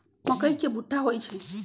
मकई के भुट्टा होई छई